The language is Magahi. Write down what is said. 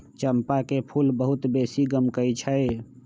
चंपा के फूल बहुत बेशी गमकै छइ